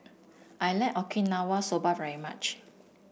I like Okinawa Soba very much